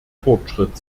fortschritt